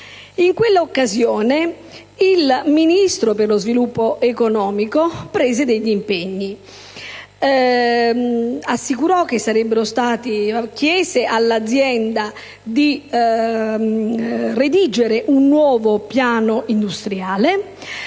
In quell'occasione, il Ministro dello sviluppo economico prese impegni precisi: assicurò che sarebbe stato chiesto all'azienda di redigere un nuovo piano industriale;